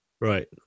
Right